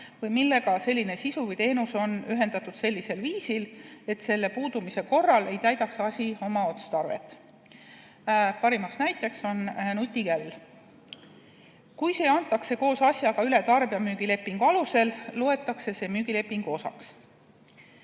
või millega selline sisu või teenus on ühendatud sellisel viisil, et selle puudumise korral ei täidaks asi oma otstarvet. Parim näide on nutikell. Kui see antakse koos asjaga üle tarbijalemüügi lepingu alusel, loetakse see müügilepingu osaks.